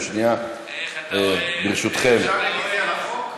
אני רק רוצה לברך אורח שהגיע מחו"ל.